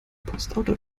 postauto